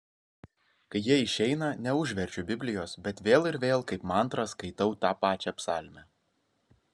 kai jie išeina neužverčiu biblijos bet vėl ir vėl kaip mantrą skaitau tą pačią psalmę